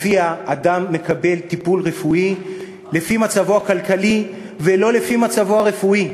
שבה אדם מקבל טיפול רפואי לפי מצבו הכלכלי ולא לפי מצבו הרפואי.